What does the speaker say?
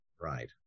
Right